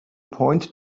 point